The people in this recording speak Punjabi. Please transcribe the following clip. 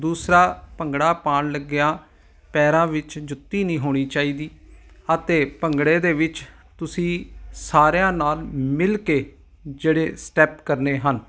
ਦੂਸਰਾ ਭੰਗੜਾ ਪਾਣ ਲੱਗਿਆ ਪੈਰਾਂ ਵਿੱਚ ਜੁੱਤੀ ਨਹੀਂ ਹੋਣੀ ਚਾਹੀਦੀ ਅਤੇ ਭੰਗੜੇ ਦੇ ਵਿੱਚ ਤੁਸੀਂ ਸਾਰਿਆਂ ਨਾਲ ਮਿਲ ਕੇ ਜਿਹੜੇ ਸਟੈਪ ਕਰਨੇ ਹਨ